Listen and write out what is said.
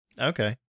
Okay